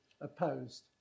opposed